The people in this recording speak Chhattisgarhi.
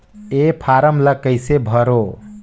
ये फारम ला कइसे भरो?